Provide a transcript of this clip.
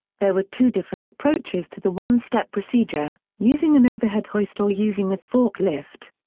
there were two different approaches to the one-step procedure using an overhead hoist or using a forklift.